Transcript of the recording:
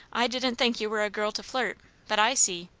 i didn't think you were a girl to flirt but i see!